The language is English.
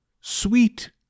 Sweet